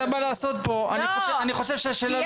בא לעשות פה?" אני חושב שהשאלה לא במקום.